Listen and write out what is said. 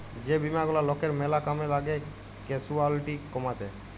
যে বীমা গুলা লকের ম্যালা কামে লাগ্যে ক্যাসুয়ালটি কমাত্যে